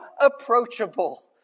approachable